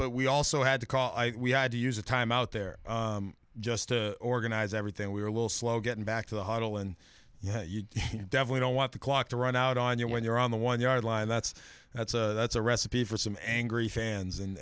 but we also had to call we had to use a timeout there just to organize everything we were a little slow getting back to the huddle and you definitely don't want the clock to run out on you when you're on the one yard line that's that's a that's a recipe for some angry fans and